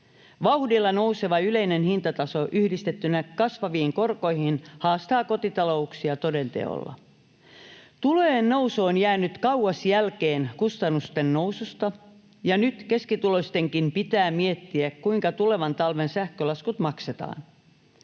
Vauhdilla nouseva yleinen hintataso yhdistettynä kasvaviin korkoihin haastaa kotita-louksia toden teolla. Tulojen nousu on jäänyt kauas jälkeen kustannusten noususta, ja nyt keskituloistenkin pitää miettiä, kuinka tulevan talven sähkölaskut maksetaan.